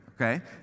okay